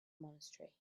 monastery